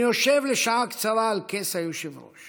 אני יושב לשעה קצרה על כס היושב-ראש